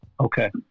Okay